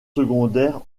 secondaires